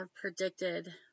predicted